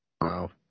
Wow